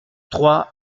trois